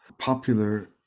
popular